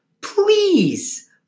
Please